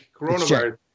coronavirus